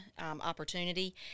opportunity